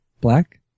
black